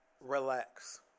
relax